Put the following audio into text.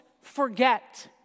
forget